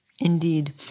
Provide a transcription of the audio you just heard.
Indeed